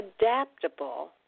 adaptable